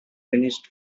finished